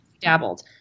dabbled